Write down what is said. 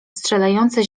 strzelające